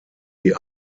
die